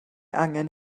angen